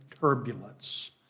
turbulence